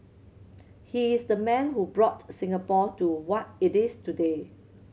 he is the man who brought Singapore to what it is today